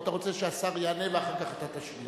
אתה רוצה שהשר יענה ואחר כך אתה תשמיע?